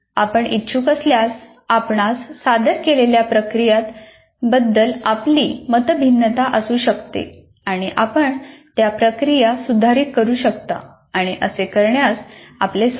आपण इच्छुक असल्यास आपणास सादर केलेल्या प्रक्रियांत बद्दल आपली मतभिन्नता असू शकते आणि आपण त्या प्रक्रिया सुधारित करू शकता आणि असे करण्यास आपले स्वागत आहे